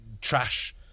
trash